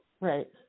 right